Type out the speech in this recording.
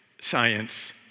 science